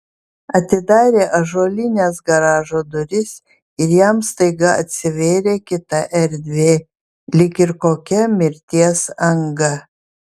atidarė ąžuolines garažo duris ir jam staiga atsivėrė kita erdvė lyg ir kokia mirties anga